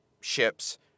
ships